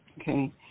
Okay